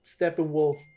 Steppenwolf